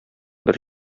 бер